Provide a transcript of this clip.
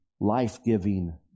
life-giving